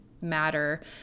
matter